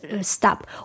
stop